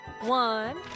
One